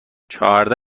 چهارده